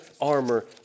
armor